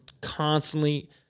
constantly